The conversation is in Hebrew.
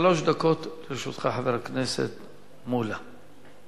שלוש דקות לרשותך, חבר הכנסת מולה.